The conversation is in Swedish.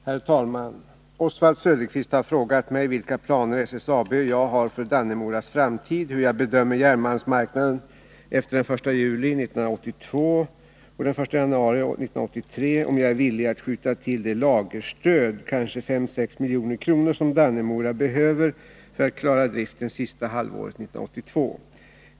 Herr talman! Oswald Söderqvist har frågat mig vilka planer SSAB och jag har för Dannemoras framtid, hur jag bedömer järnmalmsmarknaden efter den 1 juli 1982 och den 1 januari 1983, om jag är villig att skjuta till det lagerstöd, kanske 5-6 milj.kr., som Dannemora behöver för att klara driften sista halvåret 1982.